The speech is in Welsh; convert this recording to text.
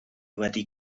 wedi